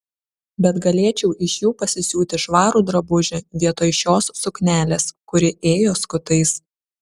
bet galėčiau iš jų pasisiūti švarų drabužį vietoj šios suknelės kuri ėjo skutais